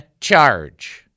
charge